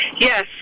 Yes